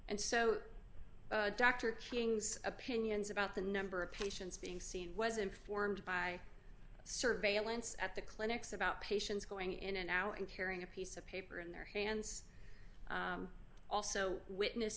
and so dr king's opinions about the number of patients being seen was informed by surveillance at the clinics about patients going in and out and carrying a piece of paper in their hands also witness